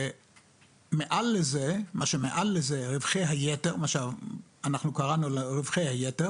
ומה שמעל לזה, מה שאנחנו קראנו לו רווחי היתר